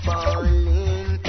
Falling